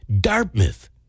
Dartmouth